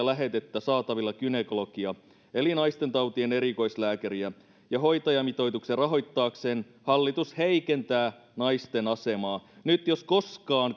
lähetettä saatavilla gynekologia eli naistentautien erikoislääkäriä ja hoitajamitoituksen rahoittaakseen hallitus heikentää naisten asemaa nyt jos koskaan